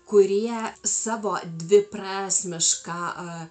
kurie savo dviprasmišką